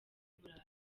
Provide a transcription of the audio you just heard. burayi